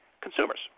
Consumers